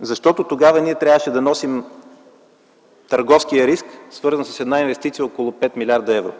Защото тогава ние трябваше да носим търговския риск, свързан с една инвестиция около 5 млрд. евро